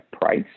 price